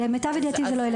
למיטב ידיעתי, זה לא ילדים.